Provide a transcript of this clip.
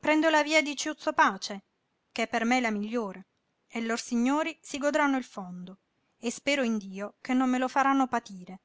prendo la via di ciuzzo pace ch'è per me la migliore e lor signori si godranno il fondo e spero in dio che non me lo faranno patire